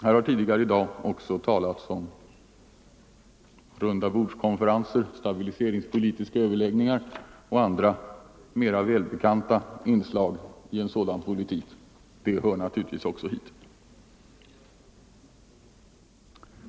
Här har tidigare i dag också talats om rundabordskonferenser, stabiliseringspolitiska överläggningar och andra välbekanta inslag i en sådan politik. Sådana ting hör naturligtvis också hit.